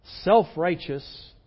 self-righteous